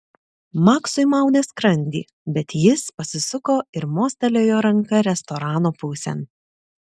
maksui maudė skrandį bet jis pasisuko ir mostelėjo ranka restorano pusėn